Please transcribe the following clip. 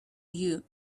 you